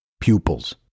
pupils